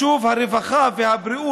יש הרבה רודנים בהיסטוריה שיודעים לדבר יפה,